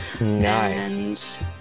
Nice